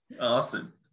awesome